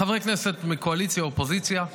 חברי כנסת מהאופוזיציה והקואליציה.